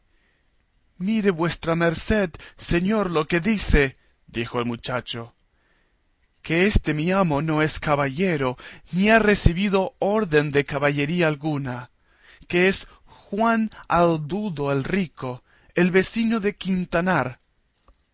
mire vuestra merced señor lo que dice dijo el muchacho que este mi amo no es caballero ni ha recebido orden de caballería alguna que es juan haldudo el rico el vecino del quintanar